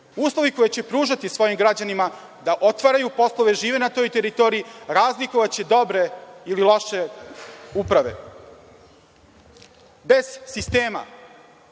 Uslovi koje će pružati svojim građanima da otvaraju poslove, žive na toj teritoriji, razlikovaće dobre ili loše uprave. Bez sistema,